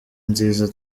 nziza